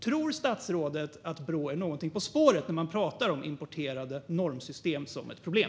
Tror statsrådet att Brå är någonting på spåret när man pratar om importerade normsystem som ett problem?